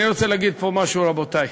אני רוצה להגיד פה משהו, רבותי: